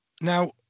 Now